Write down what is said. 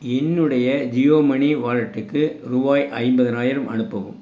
என்னுடைய ஜியோ மனி வாலெட்டுக்கு ரூபாய் ஐம்பதாயிரம் அனுப்பவும்